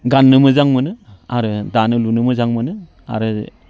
गाननो मोजां मोनो आरो दानो लुनो मोजां मोनो आरो